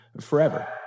forever